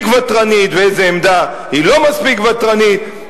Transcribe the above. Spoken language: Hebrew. ותרנית ואיזה עמדה היא לא מספיק ותרנית.